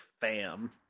fam